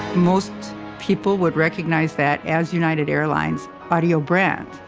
most people would recognize that as united airlines' audio brand